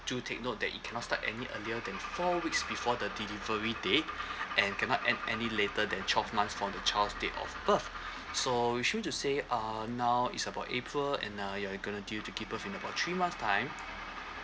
do take note that you cannot start any earlier than four weeks before the delivery date and cannot end any later than twelve months from the child's date of birth so you choose to say uh now is about april and uh you're going to due to give birth in about three month time